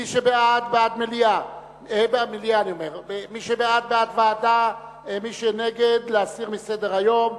מי שבעד, בעד ועדה, מי שנגד, להסיר מסדר-היום.